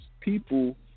people